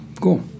Cool